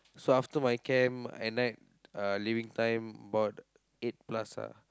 so after my camp at night uh leaving time about eight plus ah